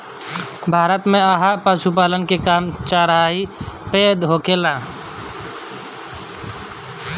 भारत में तअ पशुपालन के काम चराई पे ही होखेला